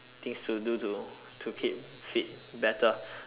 things to do to to keep fit better